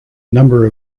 number